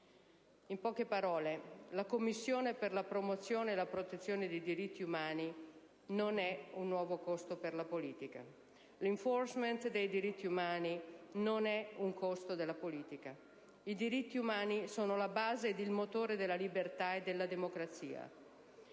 In poche parole: la Commissione per la promozione e la protezione dei diritti umani non è un nuovo costo della politica! L'*enforcement* dei diritti umani non è un costo della politica! I diritti umani sono la base e il motore della libertà e della democrazia.